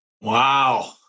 Wow